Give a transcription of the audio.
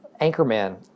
Anchorman